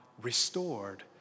restored